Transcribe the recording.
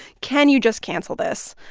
can you just cancel this?